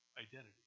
identity